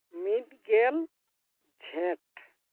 ᱢᱤᱫ ᱜᱮᱞ ᱡᱷᱮᱸᱴ